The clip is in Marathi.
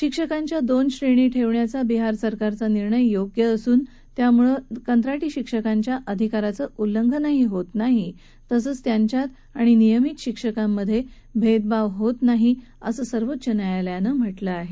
शिक्षकांच्या दोन श्रेणी ठेवण्याचा बिहार सरकारचा निर्णय योग्य असून त्यामुळे कंत्राटी शिक्षकांच्या अधिकारांचं उल्लंघनही होत नाही तसंच त्यांच्यात आणि नियमित शिक्षकांमध्ये भेदभावही होत नसल्याचं सर्वोच्च न्यायालयानं म्हटलं आहे